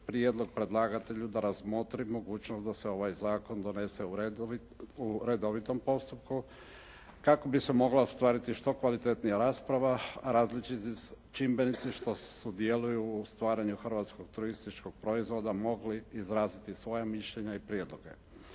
prijedlog predlagatelju da razmotri mogućnost da se ovaj zakon donese u redovitom postupku kako bi se mogla ostvariti što kvalitetnija rasprava, a različiti čimbenici što sudjeluju u stvaranju hrvatskog turističkog proizvoda mogli izraziti svoja mišljenja i prijedloge.